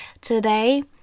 today